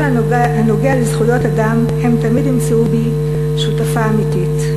הנוגע לזכויות אדם הם תמיד ימצאו בי שותפה אמיתית.